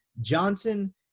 Johnson